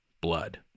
blood